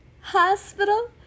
hospital